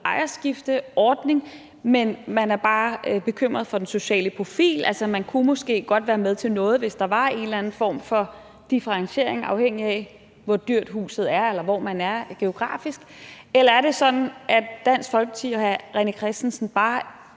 ejerskifteordning, men at man bare er bekymret for den sociale profil; altså, man kunne måske godt være med til noget, hvis der var en eller anden form for differentiering, afhængigt af hvor dyrt huset er, eller hvor det er geografisk. Eller er det sådan, at Dansk Folkeparti og hr. René Christensen bare